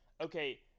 okay